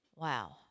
Wow